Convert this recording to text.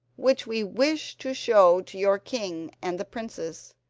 which we wish to show to your king and the princess.